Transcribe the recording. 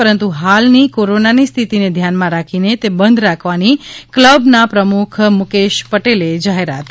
પરંતુ હાલની કોરોનાની સ્થિતિને ધ્યાનમાં રાખીને તે બંધ રાખવાની ક્લબના પ્રમુખ મુકેશ પટેલે જાહેરાત કરી છે